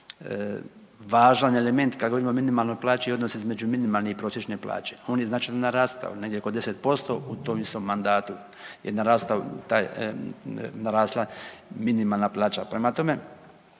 Važan element kad govorimo o minimalnoj plaći je odnos između minimalne i prosječne plaće, on je značajno narastao, negdje oko 10% u tom istom mandatu je narastao taj, je narasla minimalna plaća.